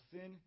Sin